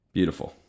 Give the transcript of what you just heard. Beautiful